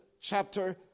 chapter